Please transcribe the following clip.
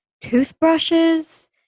toothbrushes